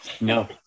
No